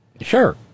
Sure